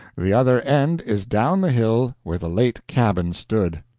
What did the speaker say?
the other end is down the hill where the late cabin stood.